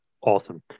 Awesome